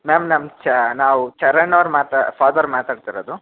ma'am ನಮ್ಮ ಚ ನಾವು ಚರಣ್ ಅವ್ರ ಮಾತ ಫಾದರ್ ಮಾತಾಡ್ತಿರೋದು